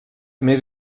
més